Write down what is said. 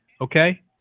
Okay